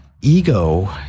ego